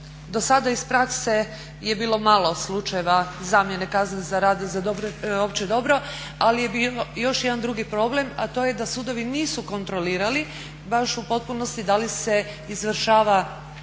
Dosada iz prakse je bilo malo slučajeva zamjene kazne za rad za opće dobro ali je bio još jedan drugi problem, a to je da sudovi nisu kontrolirali baš u potpunosti da li se izvršava